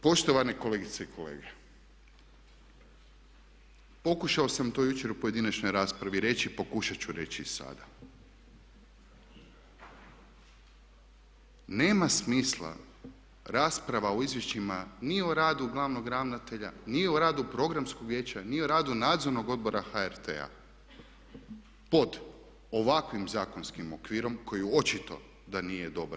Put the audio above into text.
Poštovane kolegice i kolege pokušao sam to jučer u pojedinačnoj raspravi reći, pokušat ću reći i sada, nema smisla rasprava o izvješćima ni o radu glavnog ravnatelja ni o radu programskog vijeća ni o radu nadzornog odbora HRT-a pod ovakvim zakonskim okvirom koji očito da nije dobar.